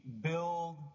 build